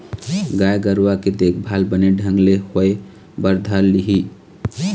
गाय गरुवा के देखभाल बने ढंग ले होय बर धर लिही